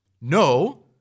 No